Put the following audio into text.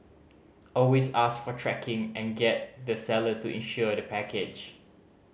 always ask for tracking and get the seller to insure the package